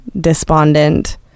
despondent